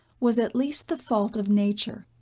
was at least the fault of nature,